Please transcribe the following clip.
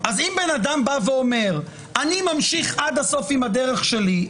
אז אם בן אדם בא ואומר שאני ממשיך עד הסוף עם הדרך שלי,